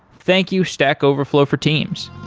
thank you stack overflow for teams